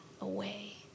away